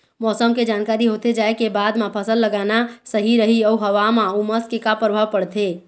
मौसम के जानकारी होथे जाए के बाद मा फसल लगाना सही रही अऊ हवा मा उमस के का परभाव पड़थे?